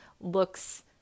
looks